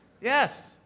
Yes